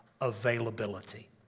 availability